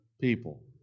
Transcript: people